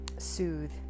soothe